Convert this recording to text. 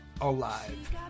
alive